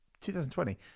2020